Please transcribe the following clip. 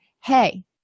hey